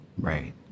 Right